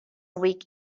week